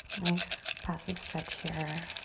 nice passive stretch here.